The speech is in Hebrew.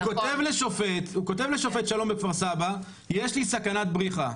הוא כותב לשופט שלום בכפר סבא, יש לי סכנת בריחה.